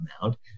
amount